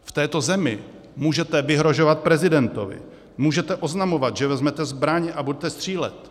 V této zemi můžete vyhrožovat prezidentovi, můžete oznamovat, že vezmete zbraň a budete střílet.